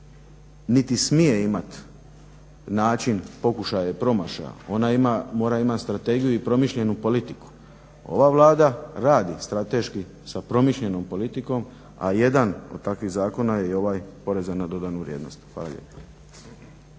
niti smije imati način pokušaja i promašaja. Ona ima, mora imati strategiju i promišljenu politiku. Ova Vlada radi strateški sa promišljenom politikom a jedan od takvih zakona je i ovaj poreza na dodanu vrijednost.